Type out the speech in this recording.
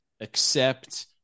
accept